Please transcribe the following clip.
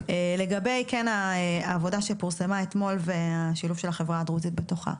לגבי העבודה שפורסמו אתמול והשילוב של החברה הדרוזית בתוכה,